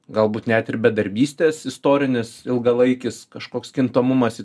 galbūt net ir bedarbystės istorinis ilgalaikis kažkoks kintamumas